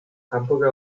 hamburger